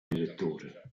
direttore